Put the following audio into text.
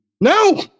No